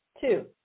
Two